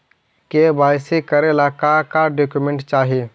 KYC करे ला का का डॉक्यूमेंट चाही?